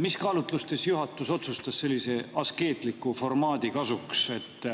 Mis kaalutlustel juhatus otsustas sellise askeetliku formaadi kasuks, et